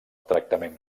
tractament